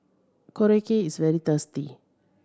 korokke is very